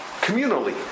communally